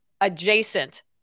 adjacent